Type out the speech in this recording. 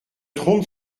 trompe